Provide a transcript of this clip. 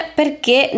perché